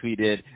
tweeted